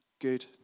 Good